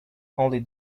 only